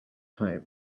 time